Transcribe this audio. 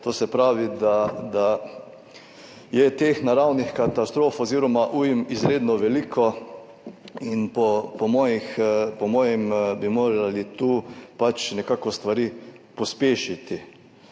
to se pravi, da je teh naravnih katastrof oziroma ujm izredno veliko in po mojem bi morali tu pač stvari nekako pospešiti.